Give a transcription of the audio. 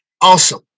Awesome